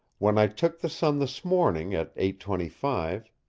when i took the sun this morning at eight twenty five,